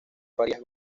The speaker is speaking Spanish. farías